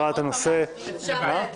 השנייה?